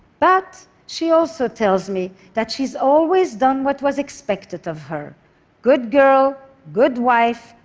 but she also tells me that she's always done what was expected of her good girl, good wife,